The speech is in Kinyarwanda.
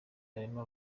karema